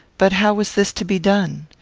but how was this to be done?